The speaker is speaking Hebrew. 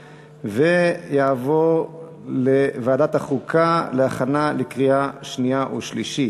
ותעבור לוועדת החוקה להכנה לקריאה שנייה ושלישית.